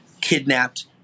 kidnapped